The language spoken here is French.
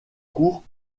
cours